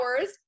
hours